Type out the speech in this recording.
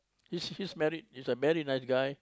he he's married he's a very nice guy